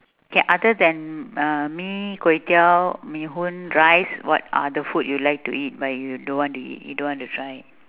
okay other than uh mee kway-teow bee-hoon rice what other food you like to eat but you don't want to eat you don't want to try